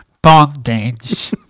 Bondage